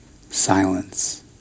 silence